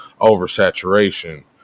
oversaturation